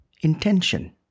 intention